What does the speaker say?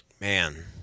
Man